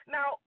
Now